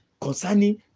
concerning